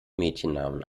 mädchennamen